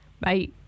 Bye